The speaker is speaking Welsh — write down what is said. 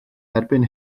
erbyn